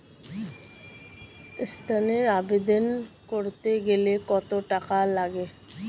ঋণের আবেদন করতে গেলে কত টাকা লাগে?